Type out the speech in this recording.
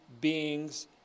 beings